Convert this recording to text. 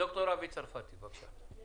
ד"ר אבי צרפתי, בבקשה.